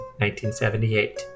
1978